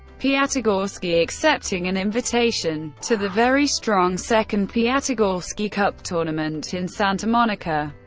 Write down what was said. piatigorsky, accepting an invitation to the very strong second piatigorsky cup tournament in santa monica.